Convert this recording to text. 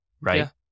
Right